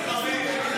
הוא שמח, תתחיל, תתחיל.